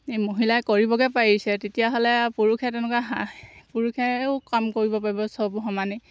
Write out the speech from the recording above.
মহিলাই কৰিবগৈ পাৰিছে তেতিয়াহ'লে আৰু পুৰুষে তেনেকুৱা পুৰুষেও কাম কৰিব পাৰিব চব সমানে